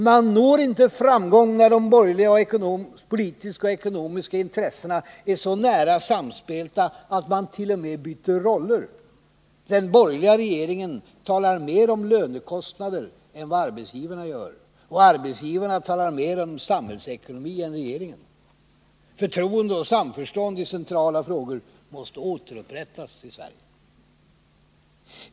Man når inte framgång när de borgerliga politiska och ekonomiska intressena är så nära samspelta att man t.o.m. byter roller, dvs. när den borgerliga regeringen talar mer om lönekostnader än vad arbetsgivarna gör och arbetsgivarna talar mer om samhällsekonomi än regeringen. Förtroende och samförstånd i centrala frågor måste återupprättas i Sverige.